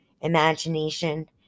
imagination